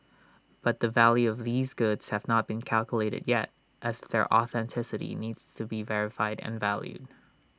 but the value of these goods have not been calculated yet as their authenticity need to be verified and valued